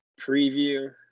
Preview